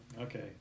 Okay